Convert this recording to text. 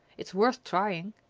it's worth trying.